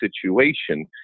situation